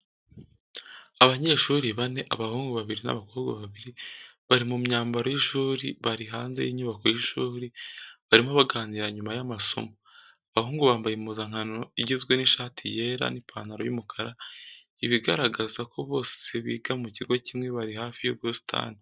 Abanyeshuri bane, abahungu babiri n'abakobwa babiri bari mu myambaro y’ishuri bari hanze y’inyubako y’ishuri, barimo baganira nyuma y’amasomo. Abahungu bambaye impuzankano igizwe n'ishati yera n’ipantalo y'umukara, ibigaragaza ko bose biga mu kigo kimwe bari hafi y'ubusitani.